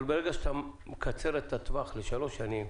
אבל ברגע שאתה מקצר את הטווח לשלוש שנים,